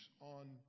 on